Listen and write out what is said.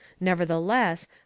Nevertheless